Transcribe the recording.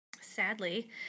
sadly